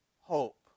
hope